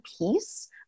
piece